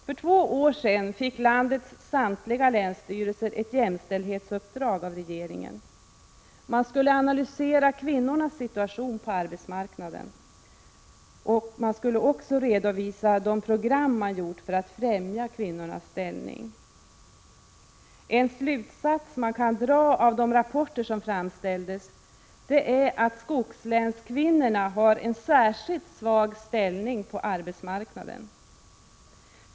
För två år sedan fick landets samtliga länsstyrelser ett jämställdhetsuppdrag av regeringen. De skulle analysera kvinnornas situation på arbetsmarknaden och även redovisa de program som de gjort för att främja kvinnornas ställning. En slutsats som man kan dra av de rapporter som framställdes är att skogslänskvinnorna har en särskilt svag ställning på arbetsmarknaden.